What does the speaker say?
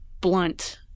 blunt